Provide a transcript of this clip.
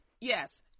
Yes